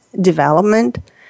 development